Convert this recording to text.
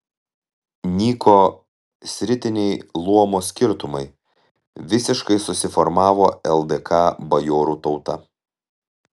nyko sritiniai luomo skirtumai visiškai susiformavo ldk bajorų tauta